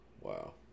wow